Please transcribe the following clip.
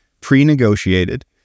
pre-negotiated